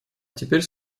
теперь